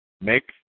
make